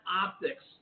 optics